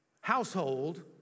household